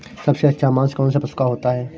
सबसे अच्छा मांस कौनसे पशु का होता है?